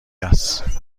است